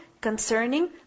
concerning